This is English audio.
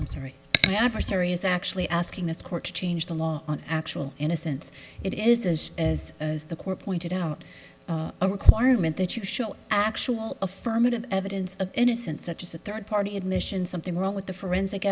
i'm sorry adversary is actually asking this court to change the law on actual innocence it is as as the core pointed out a requirement that you show actual affirmative evidence of innocence such as a third party admission something wrong with the forensic